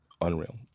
Unreal